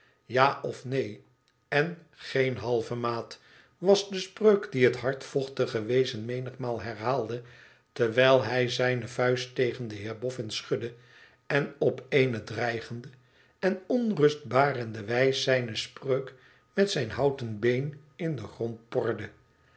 tja of neen en geen halve maat was de spreuk die het hardvochtige wezen menigmaal herhaalde terwijl hij zijne vuist tegen den heer bofn schudde en op eene dreigende en onrustbarende wijs zijne spreuk met zijn houten been in den grond porde